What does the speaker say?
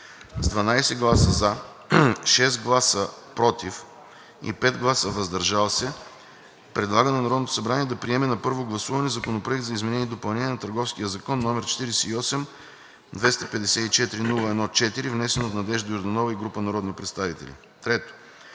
7 гласа „за“, без „против“ и 3 гласа „въздържал се“ предлага на Народното събрание да приеме на първо гласуване Законопроект за изменение и допълнение на Търговския закон, № 48-254-01-4, внесен от Надежда Йорданова и група народни представители. Въз